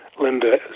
Linda